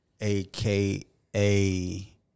aka